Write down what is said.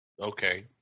Okay